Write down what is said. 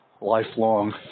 lifelong